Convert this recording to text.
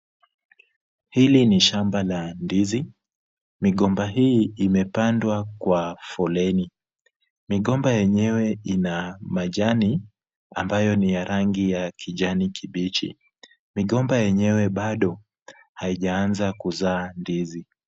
Hili ni shamba la ndizi, migomba hii imepandwa kwa foleni. Migomba yenyewe ina majani ambayo ni ya rangi ya kijani kibichi. Migomba yenyewe bado haijaanza kuzaa ndizi.